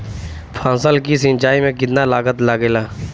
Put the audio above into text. फसल की सिंचाई में कितना लागत लागेला?